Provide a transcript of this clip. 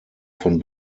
von